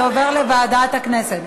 זה עובר לוועדת הכנסת.